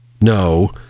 No